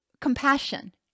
compassion